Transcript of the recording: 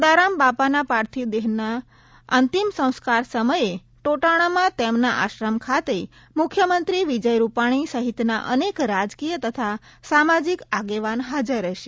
સદારામ બાપાના પાર્થિવ દેહના અંતિમ સંસ્કાર સમયે ટોટાણામાં તેમના આશ્રમ ખાતે મુખ્યમંત્રી વિજય રૂપાણી સહિતના અનેક રાજકીય તથા સામાજિક આગેવાન હાજર રહેશે